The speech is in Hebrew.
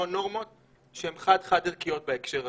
נורמות שהן חד חד ערכיות בהקשר הזה.